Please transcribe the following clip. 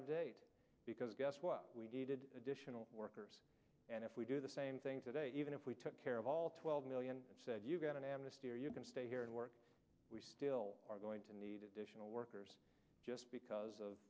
of date because guess what we needed additional workers and if we do the same thing today even if we took care of all twelve million and said you've got an amnesty or you can stay here and work we still are going to need additional workers just because of